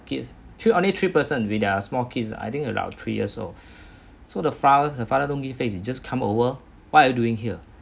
kids to only three person with their small kids I think about three years old so the father her father don't give face just come over what are you doing here